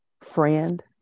friend